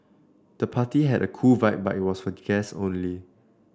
the party had a cool vibe but was for guests only